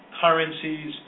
currencies